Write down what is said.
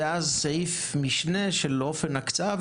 ואז סעיף משנה של אופן ההקצאה,